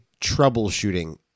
troubleshooting